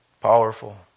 Powerful